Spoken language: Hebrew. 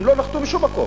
הם לא נחתו משום מקום,